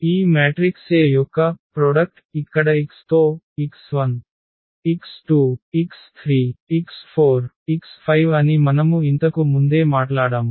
ఈ matrix A యొక్క ఉత్పత్తి ఇక్కడ x తో x1 x2 x3 x4 x5 అని మనము ఇంతకు ముందే మాట్లాడాము